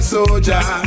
Soldier